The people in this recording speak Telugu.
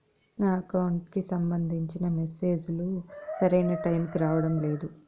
నా అకౌంట్ కి సంబంధించిన మెసేజ్ లు సరైన టైముకి రావడం లేదు